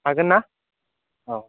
हागोनना औ